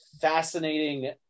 fascinating